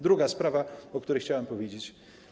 Druga sprawa, o której chciałem powiedzieć.